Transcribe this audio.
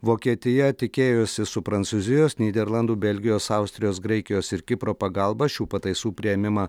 vokietija tikėjosi su prancūzijos nyderlandų belgijos austrijos graikijos ir kipro pagalba šių pataisų priėmimą